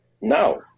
No